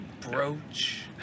brooch